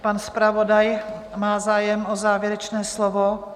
Pan zpravodaj má zájem o závěrečné slovo.